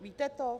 Víte to?